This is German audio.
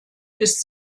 bis